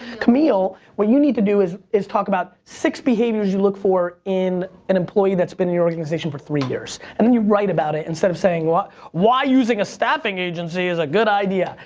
kamil, what you need to do is is talk about six behaviors you look for in an employee that's been in your organization for three years, and then you write about it, instead of saying, why why using a staffing agency is a good idea.